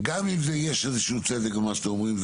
גם אם יש איזשהו צדק במה שאתם אומרים,